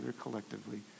collectively